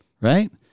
right